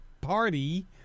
party